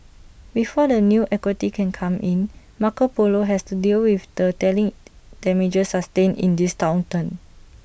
before the new equity can come in Marco Polo has to deal with the telling damages sustained in this downturn